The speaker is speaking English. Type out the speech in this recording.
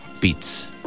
Beats